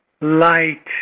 light